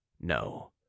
no